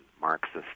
Marxist